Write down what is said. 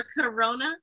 Corona